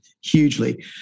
hugely